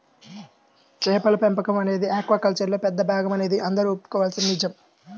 చేపల పెంపకం అనేది ఆక్వాకల్చర్లో పెద్ద భాగమనేది అందరూ ఒప్పుకోవలసిన నిజం